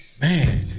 man